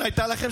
קודם כול,